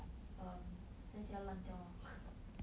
um 在家烂掉 lor